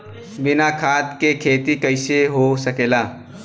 बिना खाद के खेती कइसे हो सकेला?